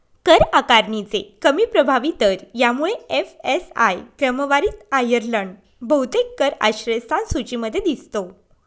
कर आकारणीचे कमी प्रभावी दर यामुळे एफ.एस.आय क्रमवारीत आयर्लंड बहुतेक कर आश्रयस्थान सूचीमध्ये दिसतो